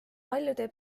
paljude